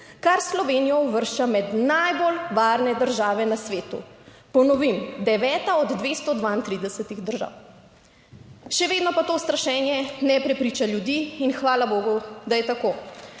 kar Slovenijo uvršča med najbolj varne države na svetu. Ponovim, deveta od 232. držav. Še vedno pa to strašenje ne prepriča ljudi in hvala bogu, da je tako.